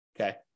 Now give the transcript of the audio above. okay